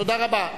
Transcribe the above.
תודה רבה.